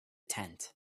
tent